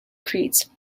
creeds